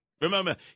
Remember